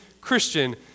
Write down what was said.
Christian